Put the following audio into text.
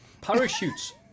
Parachutes